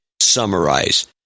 summarize